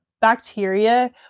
bacteria